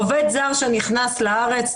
עובד זר שנכנס לארץ,